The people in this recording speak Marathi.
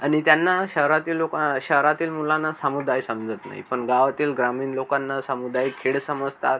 आणि त्यांना शहरातील लोकां शहरातील मुलांना समुदाय समजत नाही पण गावातील ग्रामीण लोकांना सामुदायिक खेळ समजतात